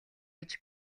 гэж